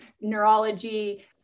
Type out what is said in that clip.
neurology